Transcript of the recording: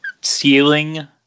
Ceiling